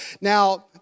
Now